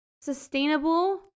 sustainable